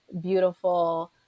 beautiful